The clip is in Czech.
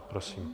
Prosím.